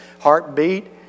heartbeat